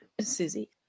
Susie